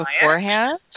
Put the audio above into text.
beforehand